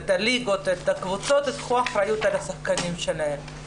הליגות והקבוצות ייקחו אחריות על השחקנים שלהם.